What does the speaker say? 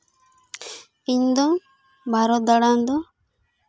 ᱤᱧᱫᱚ ᱵᱷᱟᱨᱚᱛ ᱫᱟᱬᱟᱱ ᱫᱚ